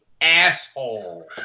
asshole